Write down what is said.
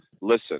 listen